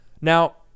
Now